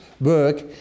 work